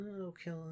Okay